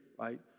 right